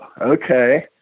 okay